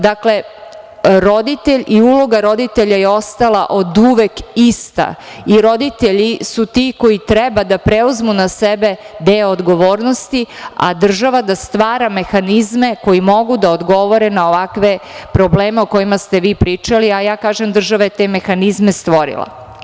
Dakle, roditelj i uloga roditelja je ostala oduvek ista i roditelji su ti koji treba da preuzmu na sebe deo odgovornosti, a država da stvara mehanizme koji mogu da odgovore na ovakve probleme o kojima ste vi pričali, a ja kažem, država je te mehanizme stvorila.